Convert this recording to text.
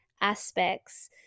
aspects